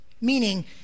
meaning